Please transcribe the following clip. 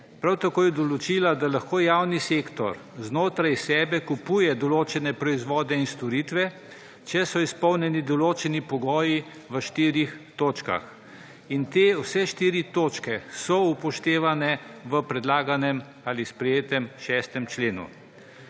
Prav tako je določila, da lahko javni sektor znotraj sebe kupuje določene proizvode in storitve, če so izpolnjeni določeni pogoji v štirih točkah. Vse te štiri točke so upoštevane v predlaganem ali sprejetem 6. členu.